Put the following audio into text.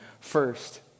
first